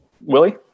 willie